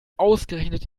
ausgerechnet